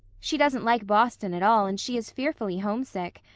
she doesn't like boston at all, and she is fearfully homesick.